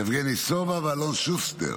יבגני סובה ואלון שוסטר.